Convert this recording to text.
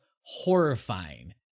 horrifying